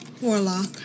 Warlock